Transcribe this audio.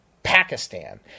Pakistan